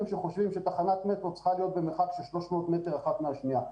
שחושבים שתחנת מטרו צריכה להיות במרחק של 300 מטרים אחת מהשנייה,